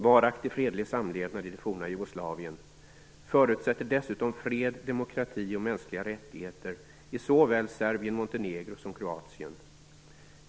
Varaktig fredlig samlevnad i det forna Jugoslavien förutsätter dessutom fred, demokrati och mänskliga rättigheter i såväl Serbien-Montenegro som Kroatien.